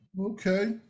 Okay